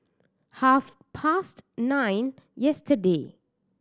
half past nine yesterday